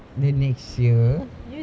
the next year